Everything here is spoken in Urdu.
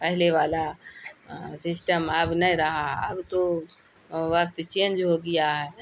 پہلے والا سسٹم اب نہیں رہا اب تو وقت چینج ہو گیا ہے